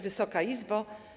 Wysoka Izbo!